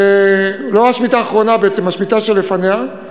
בעצם לא השמיטה האחרונה אלא השמיטה שלפניה,